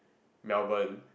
Melbourne